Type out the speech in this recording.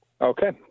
Okay